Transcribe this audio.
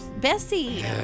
Bessie